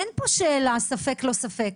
אין פה שאלה, ספק לא ספק.